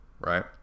right